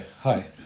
Hi